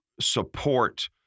support